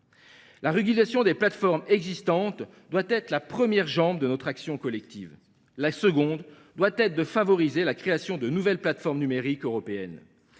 La régulation des plateformes existantes doit être la première jambe de notre action collective, la seconde consistant à favoriser la création de nouvelles plateformes numériques européennes.